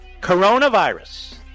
coronavirus